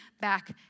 back